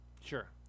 Sure